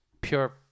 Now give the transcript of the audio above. pure